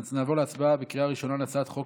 נעבור להצבעה בקריאה ראשונה על הצעת חוק